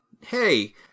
Hey